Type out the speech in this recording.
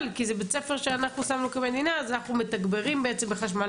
כי זה בתי ספר שאנחנו שמנו כמדינה - אז אנחנו מתגברים בעצם בחשמל,